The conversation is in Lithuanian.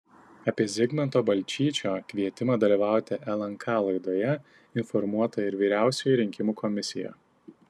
apie zigmanto balčyčio kvietimą dalyvauti lnk laidoje informuota ir vyriausioji rinkimų komisija